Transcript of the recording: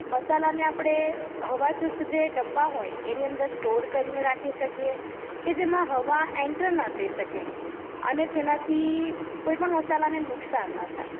મસાલાને આપણે હવાચુસ્ત જે ડબ્બા હોય એની અંદર સ્ટોર કરીને રાખી શકીએ કે જેમાં હવા એન્ટર ના થઈ શકે અને જેનાથી કોઈ પણ મસાલાને નુકસાન ન થાય